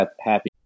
Happy